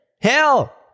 Hell